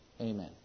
amen